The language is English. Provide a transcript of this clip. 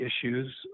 issues